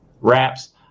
wraps